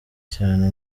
cyane